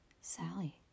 Sally